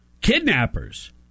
kidnappers